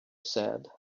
said